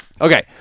okay